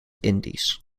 indies